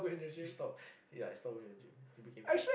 he stop ya he stop going to the gym he became fat